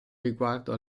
riguardo